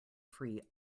free